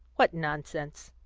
what nonsense!